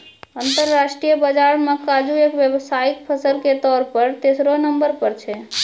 अंतरराष्ट्रीय बाजार मॅ काजू एक व्यावसायिक फसल के तौर पर तेसरो नंबर पर छै